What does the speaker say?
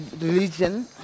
religion